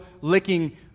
licking